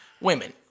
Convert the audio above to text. women